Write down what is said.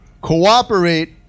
Cooperate